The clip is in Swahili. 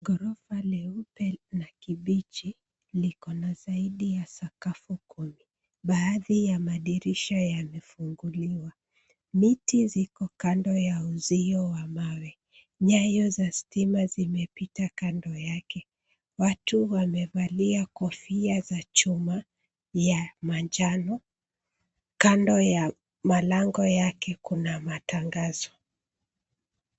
Ghorofa leupe na kibichi liko na zaidi ya sakafu kumi. Baadhi ya madirisha yamefunguliwa. Miti ziko kando ya uzio wa mawe. Nyaya za stima zimepita kando yake. Watu wamevalia kofia za chuma ya manjano. Kando ya malango yake kuna matangazo.